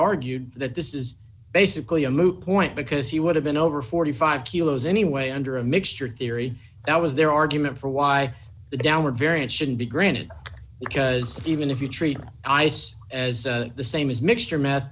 argued that this is basically a moot point because he would have been over forty five dollars kilos anyway under a mixture theory that was their argument for why the downward variance shouldn't be granted because even if you treat ice as the same as mixture meth